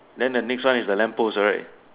then the next one is the lamp post right